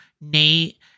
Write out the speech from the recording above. Nate